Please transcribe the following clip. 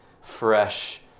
fresh